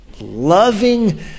Loving